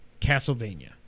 castlevania